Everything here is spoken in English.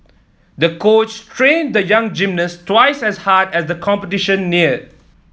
the coach trained the young gymnast twice as hard as the competition neared